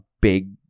big